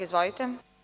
Izvolite.